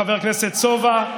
חבר הכנסת סובה,